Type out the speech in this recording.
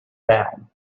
down